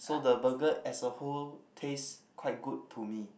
so the burger as a whole taste quite good to me